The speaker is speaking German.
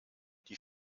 die